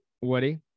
Woody